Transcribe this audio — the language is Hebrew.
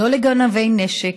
לא לגנבי נשק,